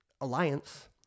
alliance